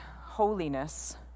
holiness